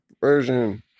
version